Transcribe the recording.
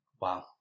Wow